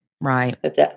Right